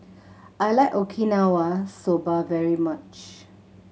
I like Okinawa Soba very much